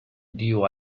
dio